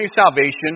salvation